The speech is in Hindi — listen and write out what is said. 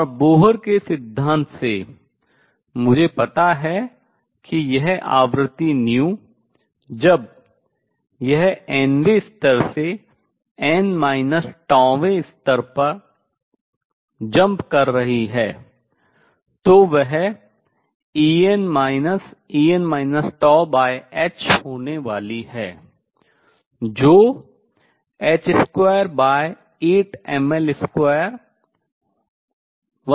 और बोहर के सिद्धांत Bohr's theory से मुझे पता है कि यह आवृत्ति जब यह nवें स्तर से n τ वें स्तर तक कूद jump कर रही है तो वह En En τh होने वाली है